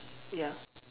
ya